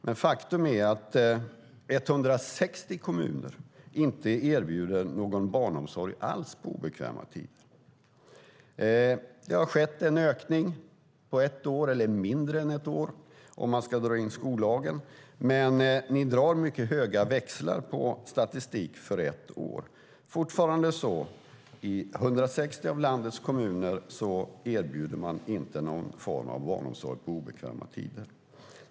Men faktum är att 160 kommuner inte erbjuder någon barnomsorg alls på obekväma tider. Det har skett en ökning på ett år eller mindre än ett år om man ska dra in skollagen, men ni drar höga växlar på statistik för ett år. Fortfarande är det så att i 160 av landets kommuner erbjuder man inte någon form av barnomsorg på obekväma tider.